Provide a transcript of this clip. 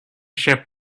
ship